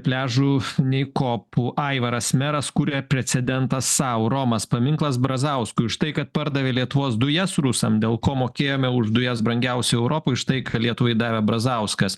pliažų nei kopų aivaras meras kuria precedentą sau romas paminklas brazauskui už tai kad pardavė lietuvos dujas rusam dėl ko mokėjome už dujas brangiausia europoj štai ką lietuvai davė brazauskas